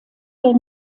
der